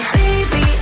baby